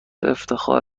افتخار